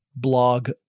Blog